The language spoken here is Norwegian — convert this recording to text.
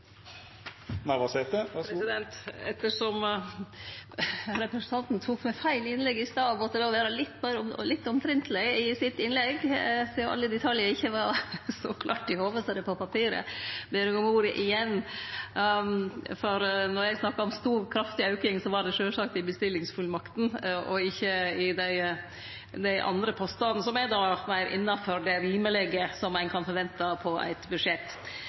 litt omtrentleg, sidan alle detaljane ikkje var så klare i hovudet som på papiret, måtte eg be om ordet igjen. Då eg snakka om ein stor og kraftig auke, var det sjølvsagt i bestillingsfullmaktene og ikkje i dei andre postane, som er meir innanfor det ein rimeleg kan forvente i eit budsjett.